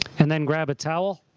and then grab a towel